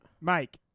Mike